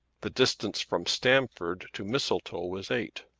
the distance from stamford to mistletoe was eight.